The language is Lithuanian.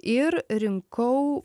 ir rinkau